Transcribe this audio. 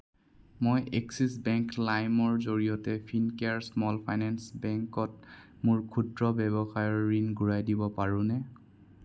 মই Axis bank লাইমৰ জৰিয়তে ফিনকেয়াৰ স্মল ফাইনেন্স বেংকত মোৰ ক্ষুদ্ৰ ৱ্যৱসায়ৰ ঋণ ঘূৰাই দিব পাৰোনে